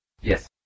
Yes